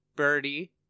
birdie